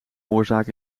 oorzaak